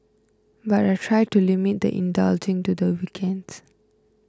but I try to limit the indulging to the weekends